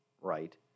right